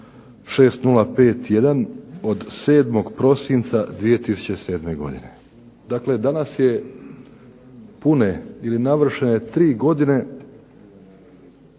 6051 od 7. prosinca 2007. godine. Dakle, danas je pune ili navršene 3 godine